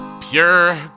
Pure